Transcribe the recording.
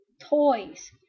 toys